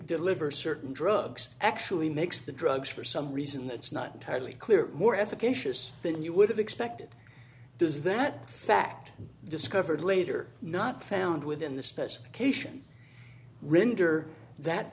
deliver certain drugs actually makes the drugs for some reason that's not entirely clear more efficacious than you would have expected does that fact discovered later not found within the specification render that